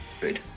Good